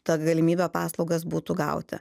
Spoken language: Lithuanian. ta galimybė paslaugas būtų gauti